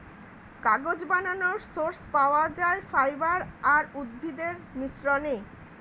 কাগজ বানানোর সোর্স পাওয়া যায় ফাইবার আর উদ্ভিদের মিশ্রণে